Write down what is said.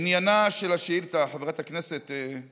עניינה של השאילתה, חברת הכנסת,